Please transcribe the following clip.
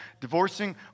Divorcing